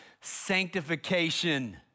sanctification